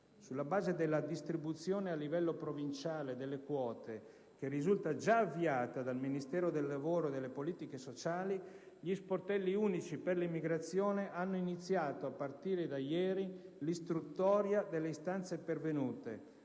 Sulla base della distribuzione a livello provinciale delle quote, che risulta già avviata dal Ministero del lavoro e delle politiche sociali, gli sportelli unici per l'immigrazione hanno iniziato, a partire da ieri, l'istruttoria delle istanze pervenute,